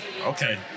Okay